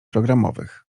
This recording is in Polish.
programowych